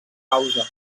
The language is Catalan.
causa